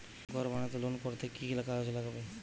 ঘর বানাতে লোন করতে কি কি কাগজ লাগবে?